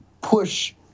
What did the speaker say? push